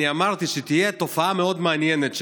אני אמרתי שתהיה תופעה מאוד מעניינת: